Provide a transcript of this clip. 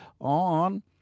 on